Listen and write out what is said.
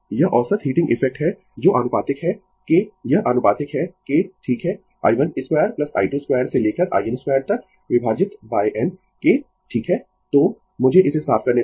यह औसत heating effect है जो आनुपातिक है के यह आनुपातिक है के ठीक है i1 2 I2 2 से लेकर in 2 तक विभाजित n के ठीक है तो मुझे इसे साफ करने दें